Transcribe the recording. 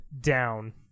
down